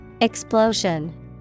Explosion